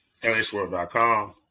lsworld.com